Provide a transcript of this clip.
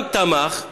גם תמך,